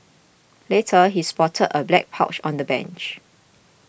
later he spotted a black pouch on the bench